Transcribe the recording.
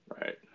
Right